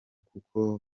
kuko